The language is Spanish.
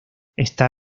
está